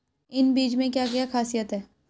इन बीज में क्या क्या ख़ासियत है?